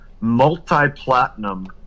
multi-platinum